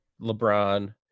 LeBron